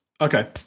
Okay